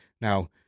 Now